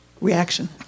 reaction